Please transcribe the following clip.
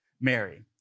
Mary